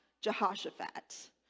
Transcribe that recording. Jehoshaphat